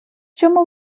чому